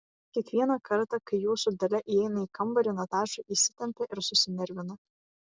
kiekvieną kartą kai jūsų dalia įeina į kambarį nataša įsitempia ir susinervina